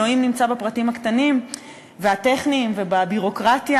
אלוהים נמצא בפרטים הקטנים והטכניים ובביורוקרטיה?